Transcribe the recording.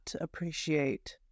appreciate